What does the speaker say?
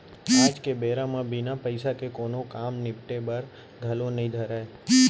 आज के बेरा म बिना पइसा के कोनों काम निपटे बर घलौ नइ धरय